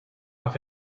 off